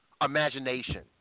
imagination